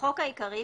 2.בחוק העיקרי,